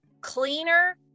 Cleaner